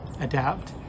Adapt